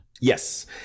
Yes